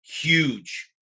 huge